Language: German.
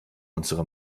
unsere